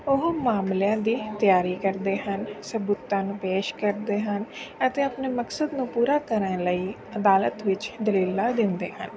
ਉਹ ਮਾਮਲਿਆਂ ਦੀ ਤਿਆਰੀ ਕਰਦੇ ਹਨ ਸਬੂਤਾਂ ਨੂੰ ਪੇਸ਼ ਕਰਦੇ ਹਨ ਅਤੇ ਆਪਣੇ ਮਕਸਦ ਨੂੰ ਪੂਰਾ ਕਰਨ ਲਈ ਅਦਾਲਤ ਵਿੱਚ ਦਲੀਲਾਂ ਦਿੰਦੇ ਹਨ